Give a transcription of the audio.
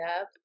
up